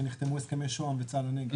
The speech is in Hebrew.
כשנחתמו הסכמי שוה"ם וצה"ל לנגב,